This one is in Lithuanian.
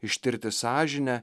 ištirti sąžinę